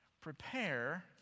prepare